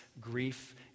grief